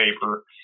paper